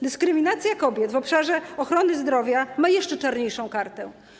Dyskryminacja kobiet w obszarze ochrony zdrowia ma jeszcze czarniejszą kartę.